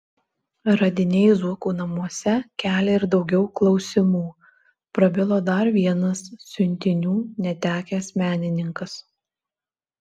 radiniai zuokų namuose kelia ir daugiau klausimų prabilo dar vienas siuntinių netekęs menininkas